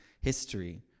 history